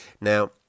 Now